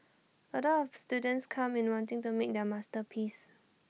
A lot of students come in wanting to make their masterpiece